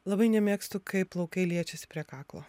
labai nemėgstu kai plaukai liečiasi prie kaklo